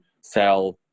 sell